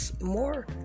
more